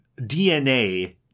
DNA